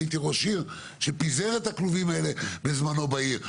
אני הייתי ראש עיר שפיזר את הכלובים האלה בזמנו בעיר,